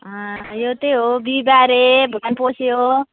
यो चाहिँ हो बिहिबारे भुटान पस्यो